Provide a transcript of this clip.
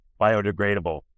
biodegradable